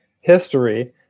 history